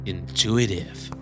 Intuitive